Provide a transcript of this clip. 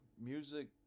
Music